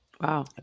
Wow